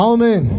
Amen